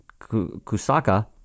Kusaka